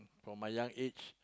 from my young age